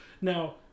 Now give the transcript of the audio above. Now